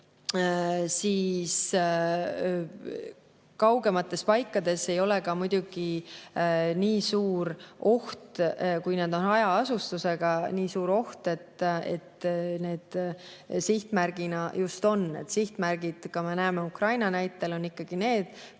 tõesti, kaugemates paikades ei ole ka muidugi nii suur oht, kui seal on hajaasustus, nii suur oht, et nad just sihtmärgiks on. Sihtmärgid, me näeme Ukraina näitel, on ikkagi seal,